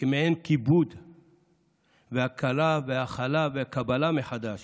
כמעין כיבוד והכלה וקבלה מחדש